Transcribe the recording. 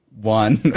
one